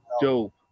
dope